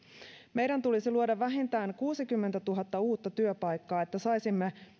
meidän tulisi luoda vähintään kuusikymmentätuhatta uutta työpaikkaa että saisimme